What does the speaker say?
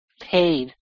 paid